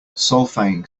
solfaing